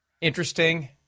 Interesting